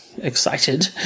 excited